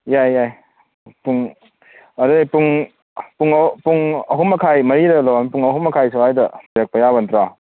ꯌꯥꯏ ꯌꯥꯏ ꯄꯨꯡ ꯑꯗꯨꯗꯤ ꯄꯨꯡ ꯄꯨꯡ ꯄꯨꯡ ꯑꯍꯨꯝ ꯃꯈꯥꯏ ꯃꯔꯤ ꯍꯦꯜꯂꯛꯄ ꯄꯨꯡ ꯑꯍꯨꯝ ꯃꯈꯥꯏ ꯁ꯭ꯋꯥꯏꯗ ꯊꯤꯜꯂꯛꯄ ꯌꯥꯕ ꯅꯠꯇ꯭ꯔꯣ